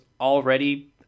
already